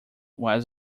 was